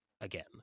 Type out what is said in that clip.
again